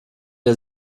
der